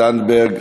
זנדברג,